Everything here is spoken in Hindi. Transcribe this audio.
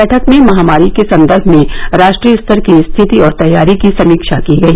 बैठक में महामारी के संदर्भ में राष्ट्रीय स्तर की स्थिति और तैयारी की समीक्षा की गई